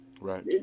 right